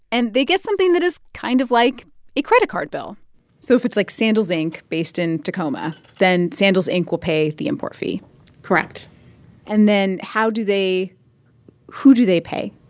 and they get something that is kind of like a credit card bill so if it's, like, sandals inc. based in tacoma, then sandals inc. will pay the import fee correct and then how do they who do they pay?